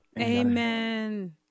Amen